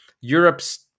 Europe's